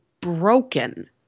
broken